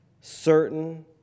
certain